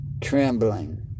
trembling